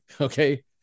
Okay